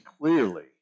clearly